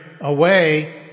away